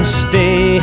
stay